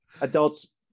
adults